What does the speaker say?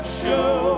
show